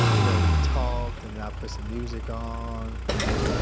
you know, we talked, and then i put some music on and,